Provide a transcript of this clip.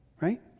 right